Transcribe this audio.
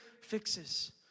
fixes